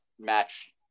match